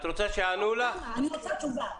אני רוצה תשובה.